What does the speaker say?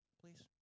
please